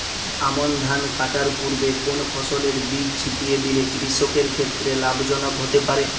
আমন ধান কাটার পূর্বে কোন ফসলের বীজ ছিটিয়ে দিলে কৃষকের ক্ষেত্রে লাভজনক হতে পারে?